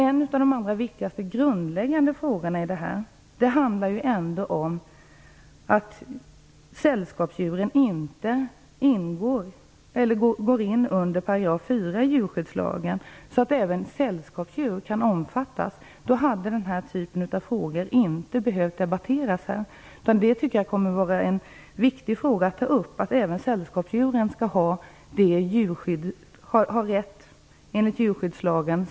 En av de allra viktigaste grundläggande frågorna handlar om att sällskapsdjuren inte omfattas av 4 § i djurskyddslagen.